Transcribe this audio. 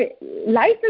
Life